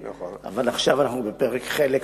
אבל עכשיו אנחנו בפרק "חלק",